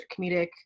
comedic